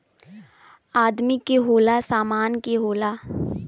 आदमी के होला, सामान के होला